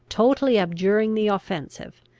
totally abjuring the offensive,